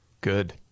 Good